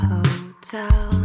Hotel